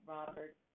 Robert